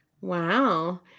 wow